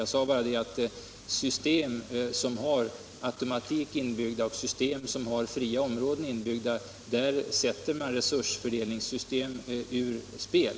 Jag sade bara att med system som har automatik inbyggd och system som har fria områden inbyggda sätter man resursfördelningssystemet ur spel.